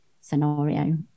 scenario